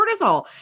cortisol